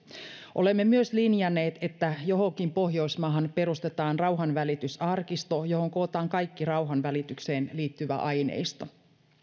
olemme myös linjanneet että johonkin pohjoismaahan perustetaan rauhanvälitysarkisto johon kootaan kaikki rauhanvälitykseen liittyvä aineisto